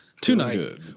tonight